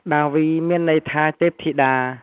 ដាវី មានន័យថាទេពធីតា។